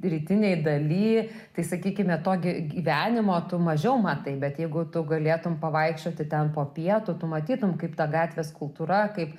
rytinėj daly tai sakykime to gy gyvenimo tu mažiau matai bet jeigu tu galėtum pavaikščioti ten po pietų tu matytum kaip ta gatvės kultūra kaip